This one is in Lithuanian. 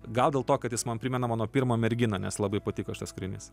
gal dėl to kad jis man primena mano pirmą merginą nes labai patiko šitas kūrinys